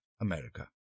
America